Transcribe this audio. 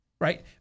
right